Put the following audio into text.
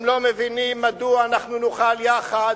הם לא מבינים מדוע אנחנו נוכל יחד,